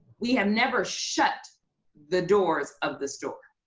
we have never shut the doors of the store!